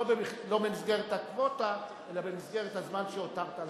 לא במסגרת הקווטה אלא במסגרת הזמן שהותרת לעצמך.